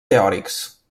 teòrics